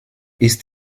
ist